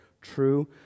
true